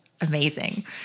amazing